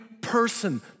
person